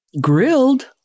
Grilled